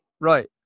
Right